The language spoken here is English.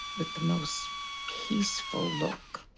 with the most peaceful look